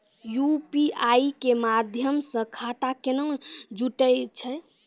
UPI के माध्यम से खाता केना जुटैय छै?